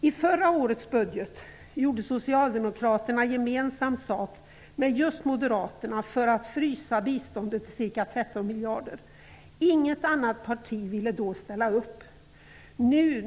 I förra årets budget gjorde Socialdemokraterna gemensam sak med just Moderaterna för att frysa biståndet på ca 13 miljarder kronor. Inget annat parti ville då ställa sig bakom detta.